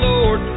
Lord